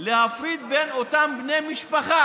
להפריד בין אותם בני משפחה,